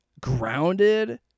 grounded